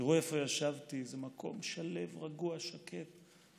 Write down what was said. תראו איפה ישבתי, איזה מקום שלו, רגוע, שקט.